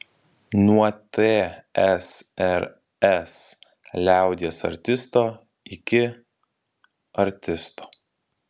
nuo tsrs liaudies artisto iki artisto